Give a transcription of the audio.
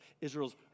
Israel's